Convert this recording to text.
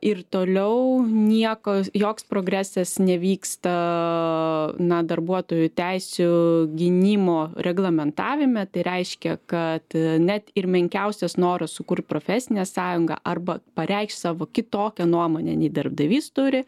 ir toliau nieko joks progresas nevyksta na darbuotojų teisių gynimo reglamentavime tai reiškia kad net ir menkiausias noras sukurt profesinę sąjungą arba pareikšt savo kitokią nuomonę nei darbdavys turi